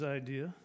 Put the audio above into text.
idea